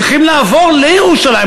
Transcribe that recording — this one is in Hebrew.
צריכים לעבור לירושלים.